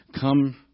come